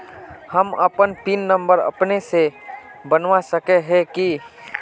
हम अपन pin number अपने से बना सके है की?